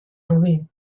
rubí